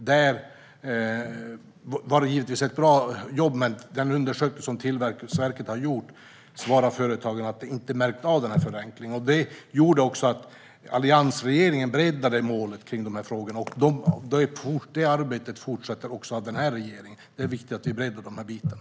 Det var givetvis bra, men i den undersökning som Tillväxtverket gjorde svarade företagen att de inte har märkt av denna förenkling. Det gjorde att alliansregeringen breddade målet. Det arbetet fortsätter denna regering med, för det är viktigt att vi breddar detta.